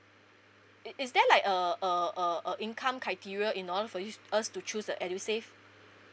is is there like err err err a income criteria in order for you us to choose the edusave